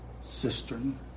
cistern